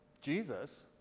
Jesus